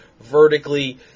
vertically